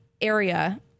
area